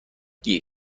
گیر